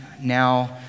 now